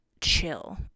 chill